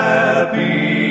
Happy